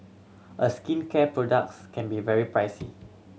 a skincare products can be very pricey